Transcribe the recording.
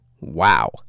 Wow